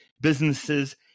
businesses